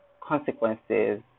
consequences